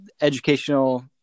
educational